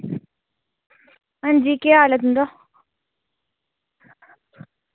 हंजी के हाल ऐ तुंदा